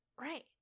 Right